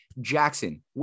Jackson